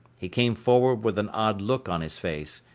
he came forward with an odd look on his face.